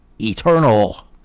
eternal